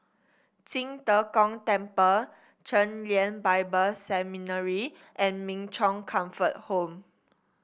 Qing De Gong Temple Chen Lien Bible Seminary and Min Chong Comfort Home